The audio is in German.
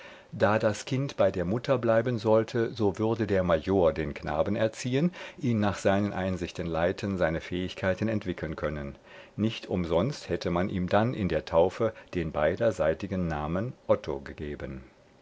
da das kind bei der mutter bleiben sollte so würde der major den knaben erziehen ihn nach seinen einsichten leiten seine fähigkeiten entwickeln können nicht umsonst hatte man ihm dann in der taufe ihren beiderseitigen namen otto gegeben